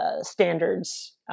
standards